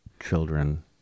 children